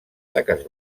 taques